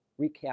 recap